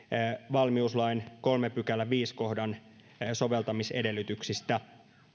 valmiuslain kolmannen pykälän viidennen kohdan soveltamisedellytyksistä